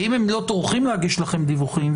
ואם הם לא טורחים להגיש לכם דיווחים,